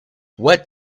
what